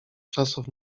czasów